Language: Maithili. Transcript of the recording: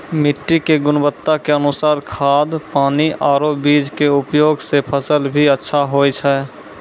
मिट्टी के गुणवत्ता के अनुसार खाद, पानी आरो बीज के उपयोग सॅ फसल भी अच्छा होय छै